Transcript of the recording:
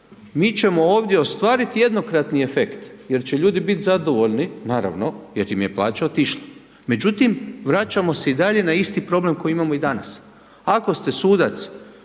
Mi ćemo ovdje ostvariti jednokratni efekt jer će ljudi biti zadovoljni, naravno, jer im je plaća otišla. Međutim, vraćamo se i dalje na isti problem koji imamo i danas. Ako ste sudac